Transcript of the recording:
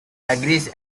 agrees